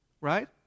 right